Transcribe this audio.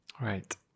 Right